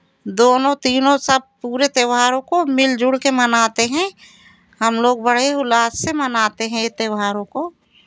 दोनों तीनों सब पूरे त्यौहारों को मिल जुल के मनाते हैं हमलोग बड़े उल्लास से मनाते हैं ये त्यौहारों को